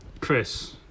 Chris